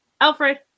Alfred